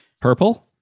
Purple